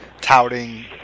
touting